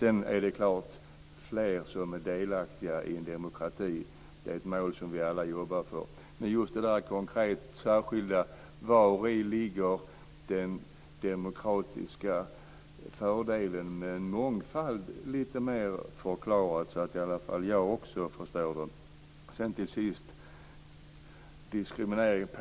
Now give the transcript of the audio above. Det är klart att det är ett mål som vi alla jobbar för att fler ska bli delaktiga i en demokrati. Men just det konkreta, särskilda är vari den demokratiska fördelen med mångfald ligger. Jag skulle vilja ha det förklarat, så att också jag förstår det. Till sist vill jag säga att